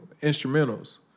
instrumentals